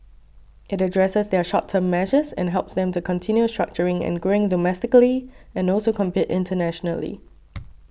it addresses their short term measures and helps them to continue structuring and growing domestically and also compete internationally